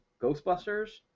Ghostbusters